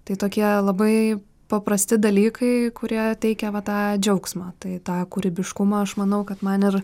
tai tokie labai paprasti dalykai kurie teikia va tą džiaugsmą tai tą kūrybiškumą aš manau kad man ir